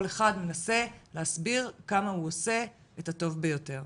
כל אחד מנסה להסביר כמה הוא עושה את הטוב ביותר.